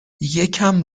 یکم